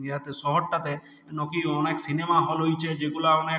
ইয়াতে শহরটাতে কেন কি অনেক সিনেমা হল রইছে যেগুলাও অনেক